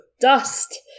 dust